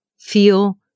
feel